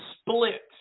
split